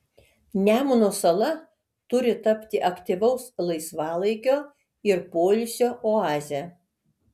nemuno sala turi tapti aktyvaus laisvalaikio ir poilsio oaze